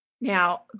now